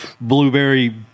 blueberry